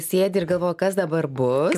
sėdi ir galvoji kas dabar bus